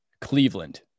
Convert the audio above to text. Cleveland